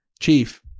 Chief